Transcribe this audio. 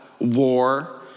war